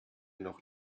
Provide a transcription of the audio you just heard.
noch